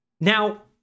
now